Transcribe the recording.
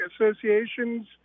associations